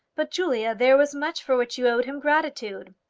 but, julia, there was much for which you owed him gratitude.